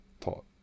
thought